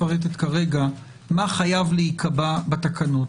כרגע מה חייב להיקבע בתקנות.